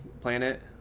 planet